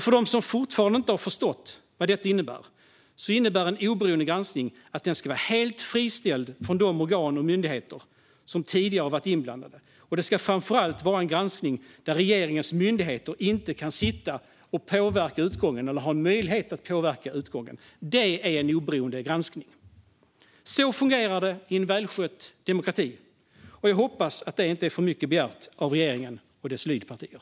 För dem som fortfarande inte har förstått vad en oberoende granskning innebär är det en granskning som ska vara helt fristående från de organ och myndigheter som tidigare har varit inblandade. Det ska framför allt vara en granskning där regeringens myndigheter inte har möjlighet att påverka utgången. Det är en oberoende granskning. Så fungerar det i en välskött demokrati, och jag hoppas att det inte är för mycket begärt av regeringen och dess lydpartier.